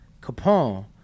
Capone